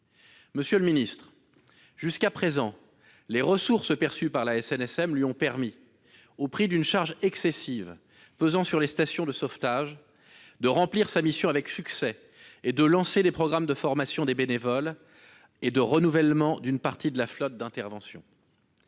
Monsieur le secrétaire d'État, jusqu'à présent, les ressources perçues par la SNSM lui ont permis, au prix d'une charge excessive pesant sur les stations de sauvetage, de remplir sa mission avec succès et de lancer des programmes de formation des bénévoles et de renouvellement d'une partie de sa flotte d'intervention.